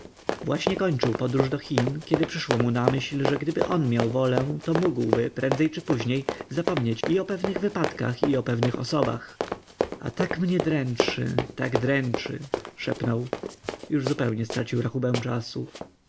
właśnie kończył podróż do chin kiedy przyszło mu na myśl że gdyby on miał wolę to mógłby prędzej czy później zapomnieć i o pewnych wypadkach i o pewnych osobach a tak mnie dręczy tak dręczy szepnął już zupełnie stracił rachubę czasu